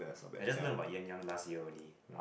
I just learnt about yuan-yang last year only